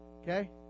okay